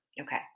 Okay